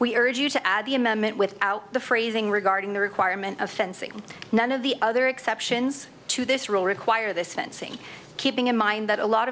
we urge you to add the amendment without the phrasing regarding the requirement of fencing none of the other exceptions to this rule require this fencing keeping in mind that a lot